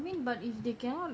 I mean